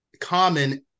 common